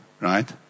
right